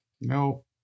No